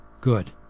Good